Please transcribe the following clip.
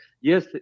Yes